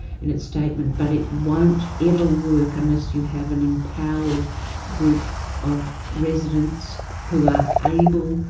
in its statement. but it won't ever work unless you have an empowered group of residents who are able,